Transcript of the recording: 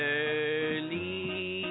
early